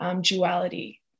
duality